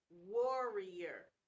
warrior